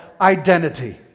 identity